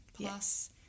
plus